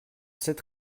cette